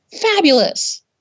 fabulous